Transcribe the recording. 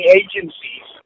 agencies